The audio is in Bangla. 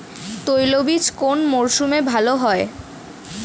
তৈলবীজ কোন মরশুমে ভাল হয়?